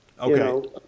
Okay